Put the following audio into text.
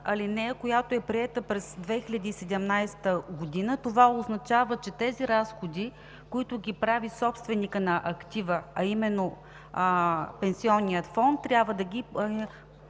алинея, която е приета през 2017 г., това означава, че тези разходи, които прави собственикът на актива, а именно пенсионният фонд, трябва да ги